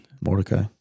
Mordecai